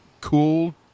cool